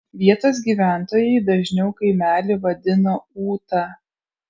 vietos gyventojai dažniau kaimelį vadino ūta